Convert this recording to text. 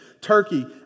Turkey